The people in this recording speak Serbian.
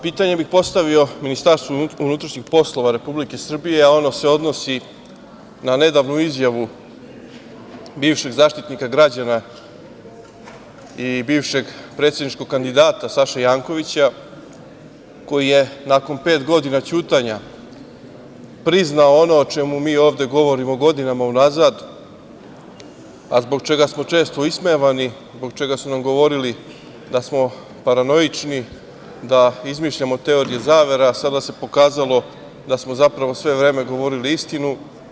Pitanje bih postavio Ministarstvu unutrašnjih poslova Republike Srbije, a ono se odnosi na nedavnu izjavu bivšeg zaštitnika građana i bivšeg predsedničkog kandidata Saše Jankovića, koji je nakon pet godina ćutanja, priznao ono o čemu mi ovde govorimo godinama unazad, a zbog čega smo često ismevani, zbog čega su nam govorili da smo paranoični da izmišljamo teorije zavera, a sada se pokazalo da smo sve vreme govorili istinu.